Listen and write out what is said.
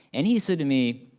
and he said to me,